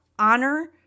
honor